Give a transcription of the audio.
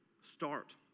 start